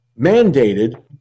mandated